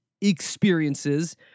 experiences